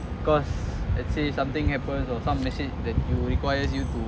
because let's say something happens or some let's say that it'll requires you to